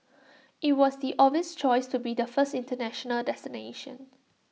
IT was the obvious choice to be the first International destination